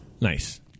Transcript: Nice